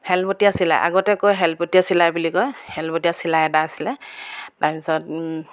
হেলবতীয়া চিলাই আগতে কয় হেল্পতীয়া চিলাই বুলি কয় হেলবতীয়া চিলাই এটা আছিলে তাৰপিছত